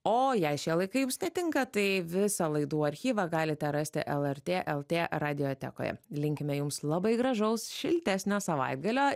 o jei šie laikai jums netinka tai visą laidų archyvą galite rasti lrt lt radiotekoje linkime jums labai gražaus šiltesnio savaitgalio